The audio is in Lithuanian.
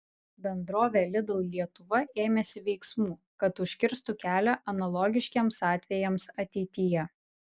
bendrovė lidl lietuva ėmėsi veiksmų kad užkirstų kelią analogiškiems atvejams ateityje